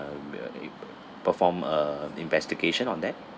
uh we are able perform a investigation on that